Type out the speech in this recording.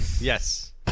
yes